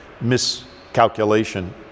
miscalculation